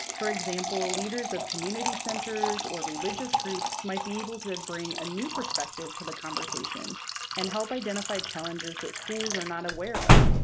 for example, leaders of community centers or religious groups might be able to bring a new perspective to the conversation and help identify challenges that schools are not aware of,